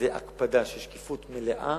הקפדה על שקיפות מלאה